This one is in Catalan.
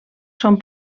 són